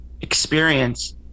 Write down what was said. experience